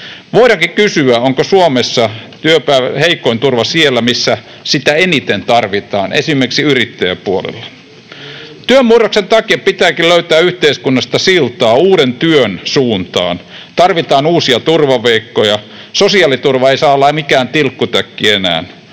Voidaankin kysyä, onko Suomessa heikoin turva siellä, missä sitä eniten tarvitaan, esimerkiksi yrittäjäpuolella. Työn murroksen takia pitääkin löytää yhteiskunnasta siltaa uuden työn suuntaan. Tarvitaan uusia turvaverkkoja. Sosiaaliturva ei saa olla mikään tilkku-täkki enää.